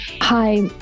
Hi